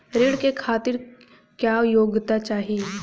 ऋण के खातिर क्या योग्यता चाहीं?